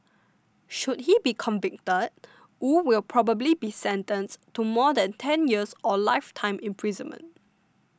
should he be convicted Wu will probably be sentenced to more than ten years or lifetime imprisonment